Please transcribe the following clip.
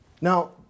Now